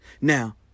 Now